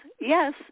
yes